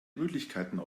möglichkeiten